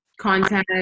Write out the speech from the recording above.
content